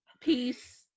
peace